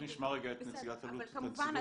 אבל כמובן,